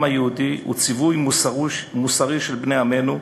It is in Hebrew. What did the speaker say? היהודי הוא ציווי מוסרי של בני עמנו,